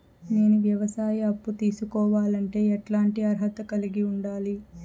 నేను వ్యవసాయ అప్పు తీసుకోవాలంటే ఎట్లాంటి అర్హత కలిగి ఉండాలి?